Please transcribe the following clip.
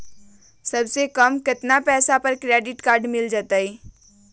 सबसे कम कतना पैसा पर क्रेडिट काड मिल जाई?